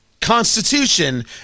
Constitution